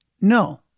No